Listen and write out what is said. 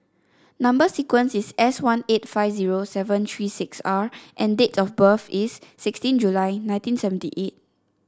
number sequence is S one eight five zero seven three six R and date of birth is sixteen July nineteen seventy eight